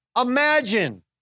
Imagine